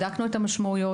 בדקנו את המשמעויות,